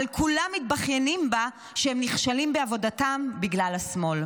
אבל כולם מתבכיינים בה שהם נכשלים בעבודתם בגלל השמאל.